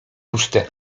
puste